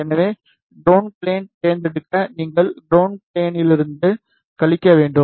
எனவே ground plane தேர்ந்தெடுக்க நீங்கள் கரவுணட் ஃப்ளேனி லிருந்து கழிக்க வேண்டும்